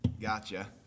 gotcha